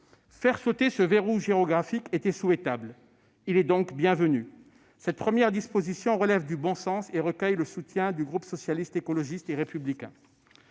Faire sauter ce verrou géographique est souhaitable, il est donc bienvenu. Cette première disposition relève du bon sens et recueille le soutien du groupe Socialiste, Écologiste et Républicain.